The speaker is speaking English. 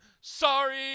sorry